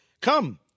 come